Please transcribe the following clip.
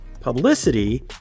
publicity